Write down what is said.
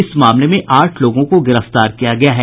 इस मामले में आठ लोगों को गिरफ्तार किया गया है